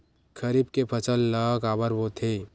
खरीफ के फसल ला काबर बोथे?